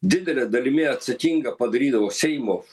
didele dalimi atsakingą padarydavo seimo f